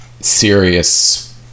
serious